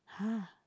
!huh!